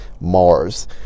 Mars